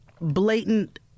blatant—